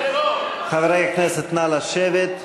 חברי הכנסת, נא לשבת.